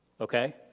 okay